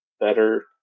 better